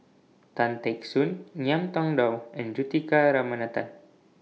Tan Teck Soon Ngiam Tong Dow and Juthika Ramanathan